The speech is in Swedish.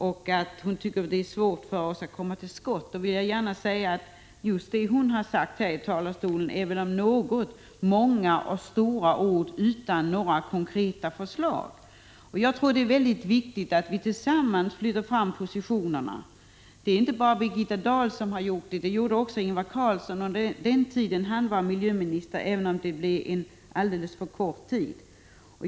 Hon sade att vi har svårt för att komma till skott. För min del vill jag gärna framhålla att just det som hon har sagt här i talarstolen väl om något är många och stora ord utan konkreta förslag. Jag tror att det är mycket viktigt att vi tillsammans flyttar fram positionerna. Inte bara Birgitta Dahl har gjort detta utan också Ingvar Carlsson under den tid då han var miljöminister, även om det var en alldeles för kort tid.